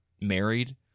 married